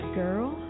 girl